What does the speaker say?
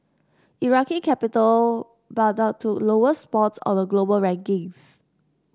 Iraqi capital Baghdad took lowest spot on the global rankings